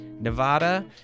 Nevada